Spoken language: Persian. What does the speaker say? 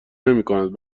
نمیکند